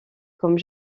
comme